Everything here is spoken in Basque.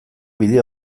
bide